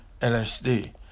LSD